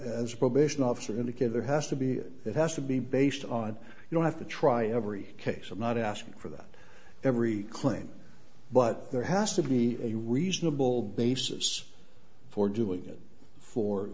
as a probation officer indicator has to be it has to be based on you don't have to try every case i'm not asking for that every claim but there has to be a reasonable basis for doing it for